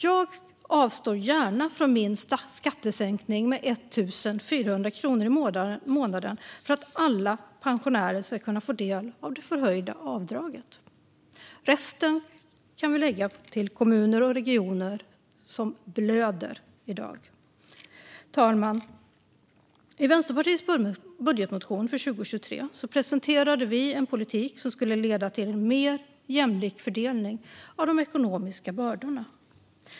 Jag avstår gärna från min skattesänkning med 1 400 i månaden för att alla pensionärer ska kunna få del av det förhöjda grundavdraget. Resten kan vi lägga på kommuner och regioner som blöder i dag. Fru talman! I Vänsterpartiets budgetmotion för 2023 presenterade vi en politik som skulle leda till en mer jämlik fördelning av de ekonomiska bördorna.